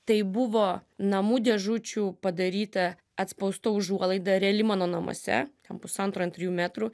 tai buvo namų dėžučių padaryta atspausta užuolaida reali mano namuose kam pusantro ant trijų metrų